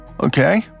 Okay